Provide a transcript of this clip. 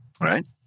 Right